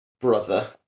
brother